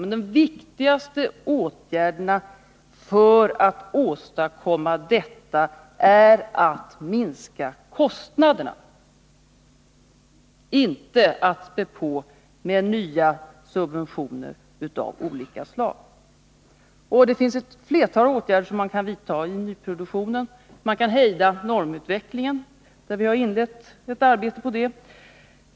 Men den viktigaste åtgärden för att åstadkomma detta är att minska kostnaderna, inte att späda på med nya subventioner av olika slag. Det finns ett flertal åtgärder att vidta i nyproduktionen. Man kan hejda normutvecklingen, som vi har inlett ett arbete på.